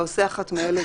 10. העושה אחת מאלה,